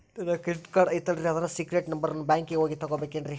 ನನ್ನ credit card ಐತಲ್ರೇ ಅದರ ಸೇಕ್ರೇಟ್ ನಂಬರನ್ನು ಬ್ಯಾಂಕಿಗೆ ಹೋಗಿ ತಗೋಬೇಕಿನ್ರಿ?